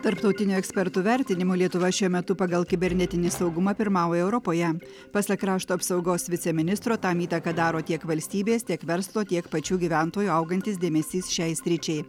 tarptautinių ekspertų vertinimu lietuva šiuo metu pagal kibernetinį saugumą pirmauja europoje pasak krašto apsaugos viceministro tam įtaką daro tiek valstybės tiek verslo tiek pačių gyventojų augantis dėmesys šiai sričiai